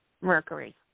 Mercury